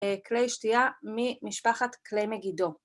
כלי השתייה ממשפחת כלי מגידו